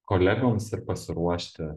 kolegoms ir pasiruošti